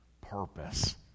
purpose